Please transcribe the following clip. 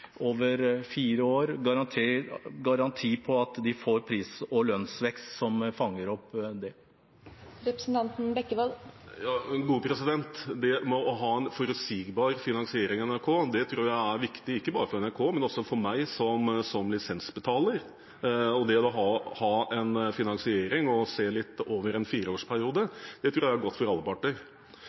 over fire år og får garanti for pris- og lønnsvekst som fanger opp det? Ja, å ha en forutsigbar finansiering av NRK, det tror jeg er viktig, ikke bare for NRK, men for meg som lisensbetaler. Å ha en finansering og se litt over en fireårsperiode, det tror jeg er godt for alle parter.